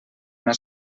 una